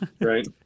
right